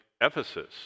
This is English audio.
Ephesus